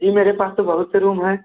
जी मेरे पास तो बहुत से रूम हैं